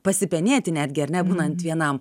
pasipenėti netgi ar ne būnant vienam